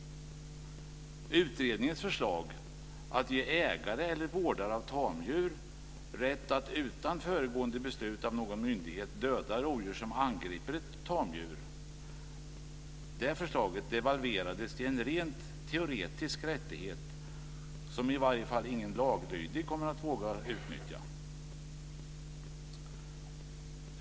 Utredningens förslag att ge ägare eller vårdare av tamdjur rätt att utan föregående beslut av någon myndighet döda rovdjur som angriper ett tamdjur devalverades till en rent teoretisk rättighet som i varje fall ingen laglydig kommer att våga utnyttja.